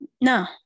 No